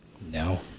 No